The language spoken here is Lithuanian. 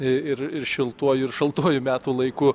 ir šiltuoju ir šaltuoju metų laiku